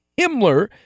Himmler